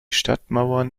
stadtmauern